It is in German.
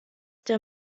der